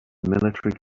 military